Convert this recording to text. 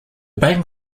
bank